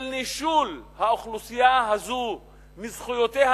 של נישול האוכלוסייה הזאת מזכויותיה